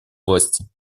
власти